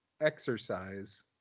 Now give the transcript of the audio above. exercise